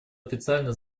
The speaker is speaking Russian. официально